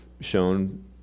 shown